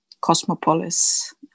cosmopolis